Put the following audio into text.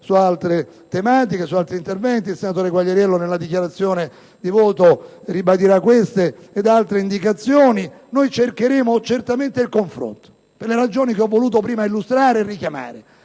su altre tematiche nei loro interventi e il senatore Quagliariello, nella dichiarazione di voto finale, ribadirà queste e altre indicazioni. Noi cercheremo certamente il confronto, per le ragioni che ho voluto prima illustrare e richiamare.